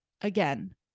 Again